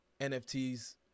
NFTs